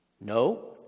No